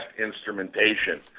instrumentation